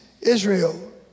Israel